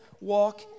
walk